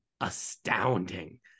astounding